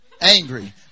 angry